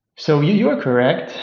so you you are correct.